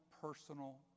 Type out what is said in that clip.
personal